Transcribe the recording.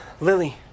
Lily